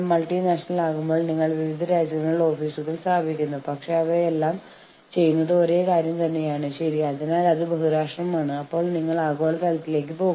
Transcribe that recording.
ഓർഗനൈസേഷന് എല്ലായ്പ്പോഴും പറയാൻ കഴിയും അതെ നമുക്ക് ബോണസിനെക്കുറിച്ച് സംസാരിക്കാം ഇന്നല്ല മറിച്ച് നമുക്ക് ഇതിനെക്കുറിച്ച് കുറച്ച് കഴിഞ്ഞ് സംസാരിക്കാം